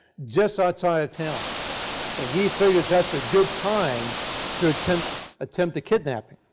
just outside of town and he figures that's a good time to attempt attempt a kidnapping.